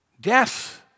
Death